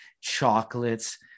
chocolates